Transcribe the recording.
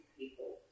people